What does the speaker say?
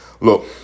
look